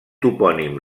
topònim